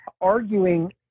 Arguing